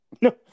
no